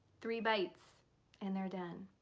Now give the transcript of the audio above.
three bites and they're done.